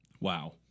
Wow